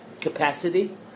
capacity